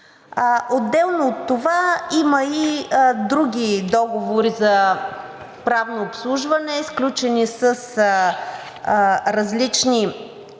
Отделно от това има и други договори за правно обслужване, сключени с различни